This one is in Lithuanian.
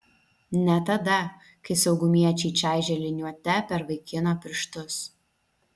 ne tada kai saugumiečiai čaižė liniuote per vaikino pirštus